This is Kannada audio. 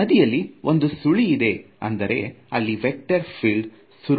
ನದಿಯಲ್ಲಿ ಒಂದು ಸುಳಿ ಇದೆ ಅಂದರೆ ಅಲ್ಲಿ ವೇಕ್ಟರ್ ಫೀಲ್ಡ್ ಸುರಳಿ ಸುತ್ತುತ್ತಿದೆ ಎಂದು ಭಾವಿಸಿ